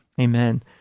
Amen